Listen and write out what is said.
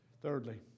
Thirdly